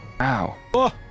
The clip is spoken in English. Ow